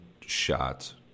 shots